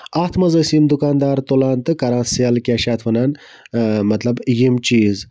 اَتھ منٛز ٲسۍ یِم دُکاندار تُلان تہٕ کران سٮ۪ل کیاہ چھِ یَتھ وَنان مطلب یِم چیٖز